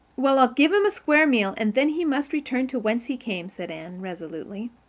well, i'll give him a square meal and then he must return to whence he came, said anne resolutely.